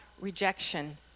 rejection